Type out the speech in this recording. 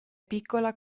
piccola